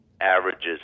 averages